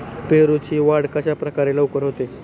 पेरूची वाढ कशाप्रकारे लवकर होते?